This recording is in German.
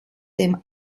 dem